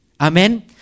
Amen